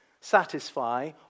satisfy